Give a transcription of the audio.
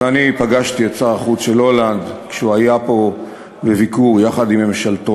אני פגשתי את שר החוץ של הולנד כשהוא היה פה בביקור יחד עם ממשלתו,